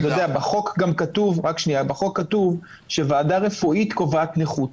בחוק כתוב שוועדה רפואית קובעת נכות.